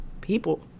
people